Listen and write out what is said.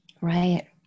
Right